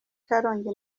karongi